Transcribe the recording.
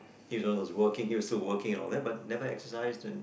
he was the one who's working he was still working and all that but never exercise and